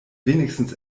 wenigstens